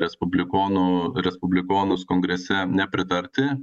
respublikonų respublikonus kongrese nepritarti